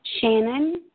Shannon